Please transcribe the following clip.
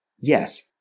Yes